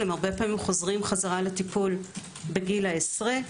הרבה פעמים הם חוזרים לטיפול בגיל העשרה,